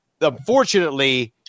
Unfortunately